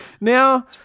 Now